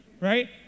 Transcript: right